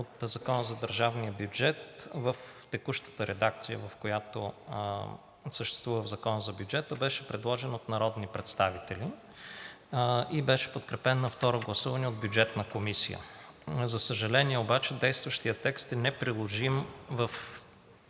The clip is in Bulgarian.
България за 2022 г. в текущата редакция, която съществува в Закона за бюджета, беше предложен от народни представители и беше подкрепен на второ гласуване в Бюджетната комисия. За съжаление, действащият текст е неприложим в